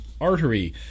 Artery